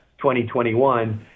2021